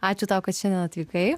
ačiū tau kad šiandien atvykai